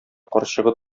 карчыгы